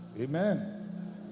Amen